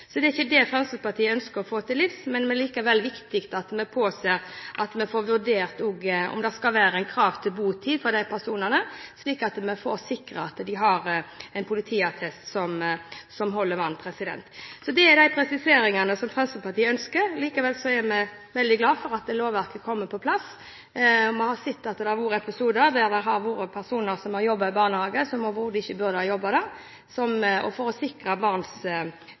Det er ikke det Fremskrittspartiet vil til livs, men det er likevel viktig at vi påser at vi også får vurdert om det skal være et krav til botid for disse personene, slik at vi får sikret at de har en politiattest som holder vann. Dette er de presiseringene Fremskrittspartiet ønsker. Likevel er vi veldig glad for at lovverket kommer på plass. Vi har sett at det har vært episoder der det har vært personer som har jobbet i barnehage som overhodet ikke burde ha jobbet der, så for å sikre barns